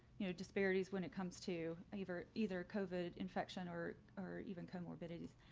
you know, disparities when it comes to either either covid infection or, or even comorbidities?